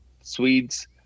swedes